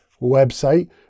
website